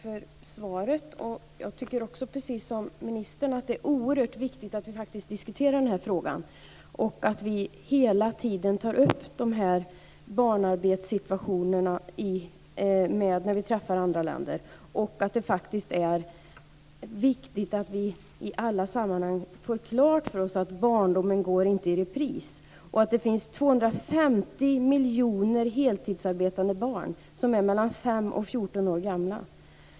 Fru talman! Jag får tacka för svaret. Jag tycker precis som ministern att det är oerhört viktigt att vi faktiskt diskuterar den här frågan och att vi hela tiden tar upp situationer med barnarbete när vi träffar andra länder. Det är viktigt att vi i alla sammanhang har klart för oss att barndomen inte går i repris. Det finns 250 miljoner heltidsarbetande barn mellan 5 och 14 år.